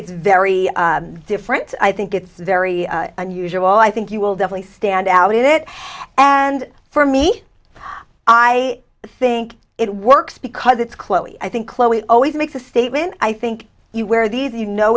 it's very different i think it's very unusual i think you will definitely stand out in it and for me i i think it works because it's clearly i think chloe always makes a statement i think you wear these you know